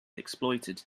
exploited